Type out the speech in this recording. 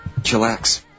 Chillax